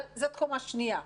אבל זאת קומה שנייה,